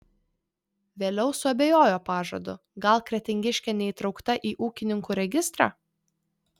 vėliau suabejojo pažadu gal kretingiškė neįtraukta į ūkininkų registrą